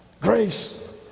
grace